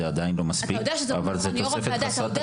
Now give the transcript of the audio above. זה עדיין לא מספיק אבל זה תוספת חסרת תקדים.